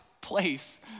place